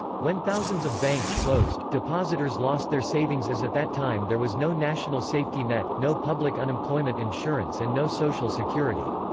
when thousands of banks closed, depositors lost their savings as at that time there was no national safety net, no public unemployment insurance and no social security.